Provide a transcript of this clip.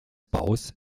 baus